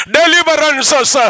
deliverances